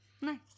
Nice